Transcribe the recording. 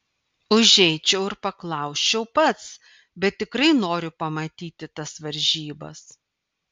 užeičiau ir paklausčiau pats bet tikrai noriu pamatyti tas varžybas